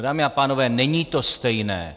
No, dámy a pánové, není to stejné.